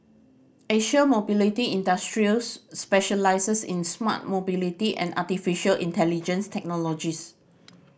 Asia Mobility Industries specialises in smart mobility and artificial intelligence technologies